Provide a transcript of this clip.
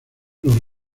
los